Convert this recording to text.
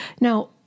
Now